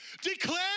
declare